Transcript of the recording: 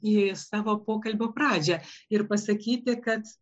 į savo pokalbio pradžią ir pasakyti kad